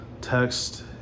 text